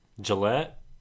Gillette